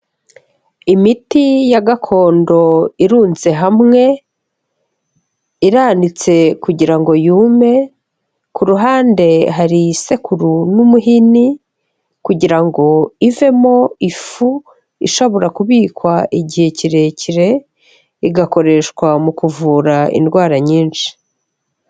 Imiti ya gakondo irunze hamwe, iranitse kugira ngo yume, ku ruhande hari isekuru n'umuhini, kugira ngo ivemo ifu ishobora kubikwa igihe kirekire, igakoreshwa mu kuvura indwara nyinshi.